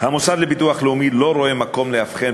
המוסד לביטוח לאומי לא רואה מקום להבחין